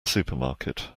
supermarket